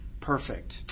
perfect